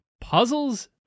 puzzles